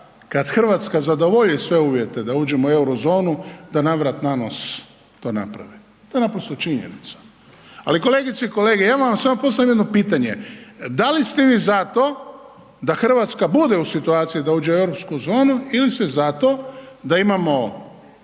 kad Hrvatska zadovolji sve uvjete da uđemo u euro zonu da navrat nanos to naprave. To je naprosto činjenica. Ali kolegice i kolege ja bi vam samo postavio jedno pitanje. Da li ste vi za to da Hrvatska bude u situaciji da uđe u europsku zonu ili ste za to da imamo